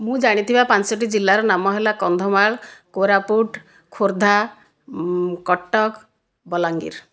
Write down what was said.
ମୁଁ ଜାଣିଥିବା ପାଞ୍ଚଟି ଜିଲ୍ଲାର ନାମ ହେଲା କନ୍ଧମାଳ କୋରାପୁଟ ଖୋର୍ଦ୍ଧା କଟକ ବଲାଙ୍ଗୀର